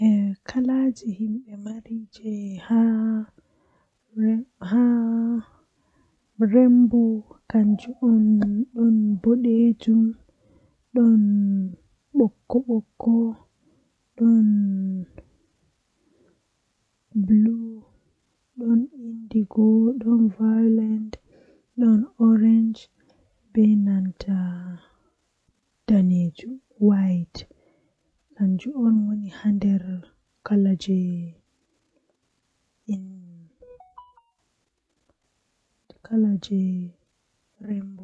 Ah ndikkinami mi yaha dow mi laara ko woni ton dow mi nasta nder ndiyam, Ngam dow do be yahi ton sedda nden mi yidi mi anda no totton woni amma nder ndiyam mi andi no nder ndiyam woni koda mi nastai mi joodi haa nder amma mi andi ko woni nder midon nana ko woni nder amma dow bo miyidi mi yaha mi larina gite am.